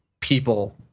people